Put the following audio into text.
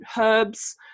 herbs